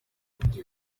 hari